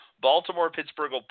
Baltimore-Pittsburgh